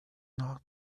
not